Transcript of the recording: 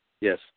Yes